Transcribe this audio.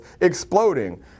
exploding